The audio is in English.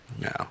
No